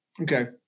Okay